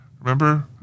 Remember